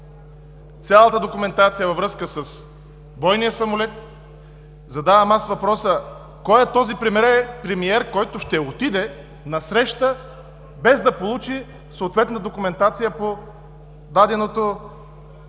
цялата документация във връзка с бойния самолет. Задавам въпроса: кой е този премиер, който ще отиде на среща, без да получи съответна документация по дадения